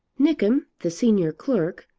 nickem, the senior clerk,